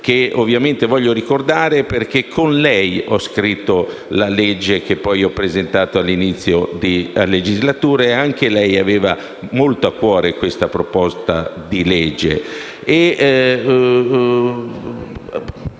che voglio ricordare perché con lei ho scritto il testo che poi ho presentato all'inizio della legislatura; anche lei aveva molto a cuore questa proposta di legge.